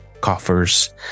coffers